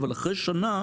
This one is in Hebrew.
אבל אחרי שנה